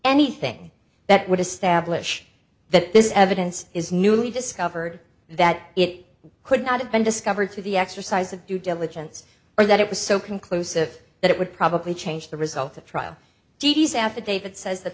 anything that would establish that this evidence is newly discovered that it could not have been discovered through the exercise of due diligence or that it was so conclusive that it would probably change the result of trial d d s affidavit says that